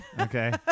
Okay